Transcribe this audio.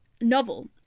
novel